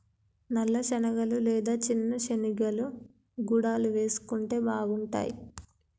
నల్ల శనగలు లేదా చిన్న శెనిగలు గుడాలు వేసుకుంటే బాగుంటాయ్